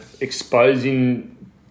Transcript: exposing